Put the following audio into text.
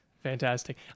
fantastic